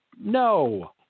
no